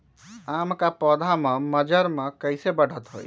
आम क पौधा म मजर म कैसे बढ़त होई?